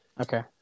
Okay